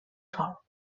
sol